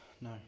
no